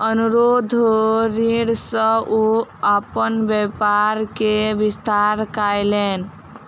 अनुरोध ऋण सॅ ओ अपन व्यापार के विस्तार कयलैन